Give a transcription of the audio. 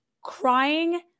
crying